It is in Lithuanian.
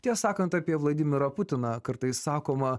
tiesą sakant apie vladimirą putiną kartais sakoma